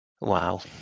wow